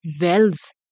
wells